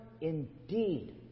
indeed